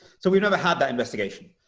so we never had that investigation.